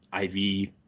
IV